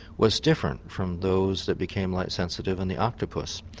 was different from those that became light sensitive in the octopus.